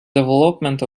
development